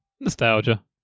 Nostalgia